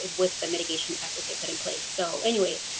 and with the mitigation efforts they put in place. so anyway,